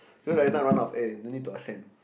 cause every time I run out air then need to ascend